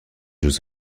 jeux